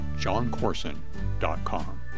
johncorson.com